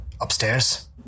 Upstairs